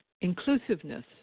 inclusiveness